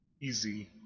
easy